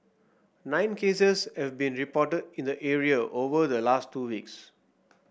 nine cases have been reported in the area over the last two weeks